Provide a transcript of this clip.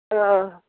ओह